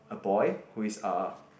a boy who is uh